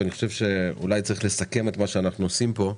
ואני חושב שאולי צריך לסכם את מה שאנחנו עושים פה.